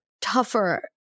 tougher